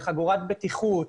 לחגורת בטיחות.